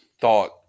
thought